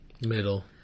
Middle